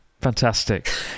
Fantastic